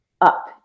up